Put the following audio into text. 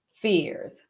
fears